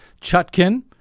Chutkin